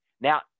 Now